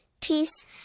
peace